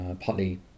partly